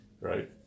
Right